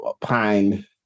pine